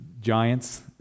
giants